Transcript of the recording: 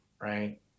right